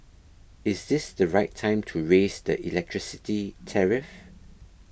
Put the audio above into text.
is this the right time to raise the electricity tariff